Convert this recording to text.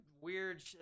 weird